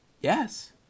Yes